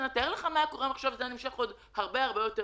תאר לך מה היה קורה אם זה היה נמשך עוד הרבה יותר זמן.